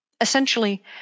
Essentially